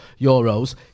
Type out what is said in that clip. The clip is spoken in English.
euros